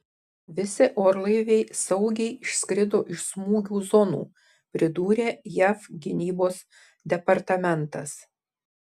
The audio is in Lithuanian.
visi orlaiviai saugiai išskrido iš smūgių zonų pridūrė jav gynybos departamentas